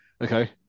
okay